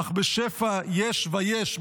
אך בשפע יש ויש,